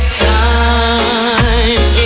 time